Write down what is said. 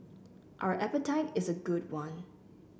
our appetite is a good one